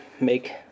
make